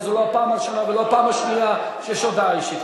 וזו לא הפעם הראשונה ולא הפעם השנייה שיש הודעה אישית.